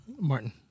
Martin